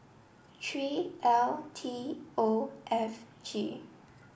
three L T O F G